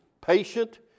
patient